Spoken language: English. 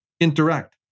interact